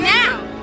now